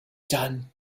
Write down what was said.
done